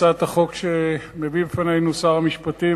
הצעת החוק שמביא בפנינו שר המשפטים,